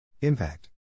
Impact